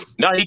No